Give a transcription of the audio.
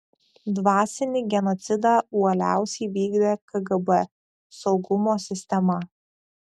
dvasinį genocidą uoliausiai vykdė kgb saugumo sistema